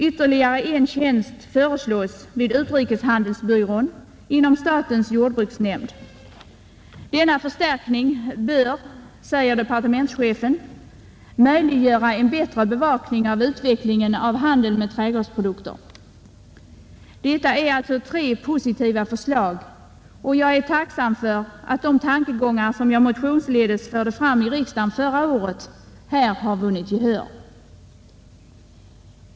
Ytterligare en tjänst föreslås vid utrikeshandelsbyrån inom statens jordbruksnämnd. Departementschefen skriver att denna förstärkning bör möjliggöra en bättre bevakning av utvecklingen av handeln med trädgårdsprodukter. Detta är tre positiva förslag, och jag är tacksam för att de tankegångar som jag motionsledes förde fram i riksdagen förra året nu har vunnit gehör.